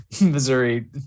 missouri